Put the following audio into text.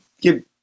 give